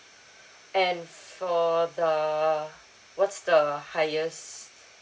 and for the what's the highest